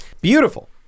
Beautiful